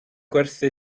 gwerthu